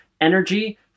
energy